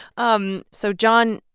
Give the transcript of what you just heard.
um so jon,